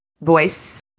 voice